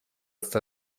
está